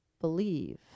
believe